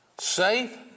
Safe